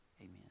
amen